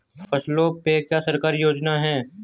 फसलों पे क्या सरकारी योजना है?